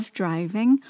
driving